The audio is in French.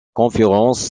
conférences